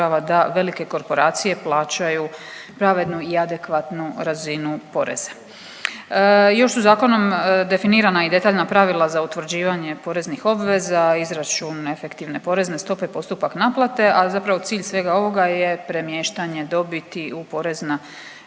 da velike korporacije plaćaju pravednu i adekvatnu razinu poreza. Još su zakonom definirana i detaljna pravila za utvrđivanje poreznih obveza, izračun efektivne porezne stope i postupak naplate, a zapravo cilj svega ovoga je premještanje dobiti u porezna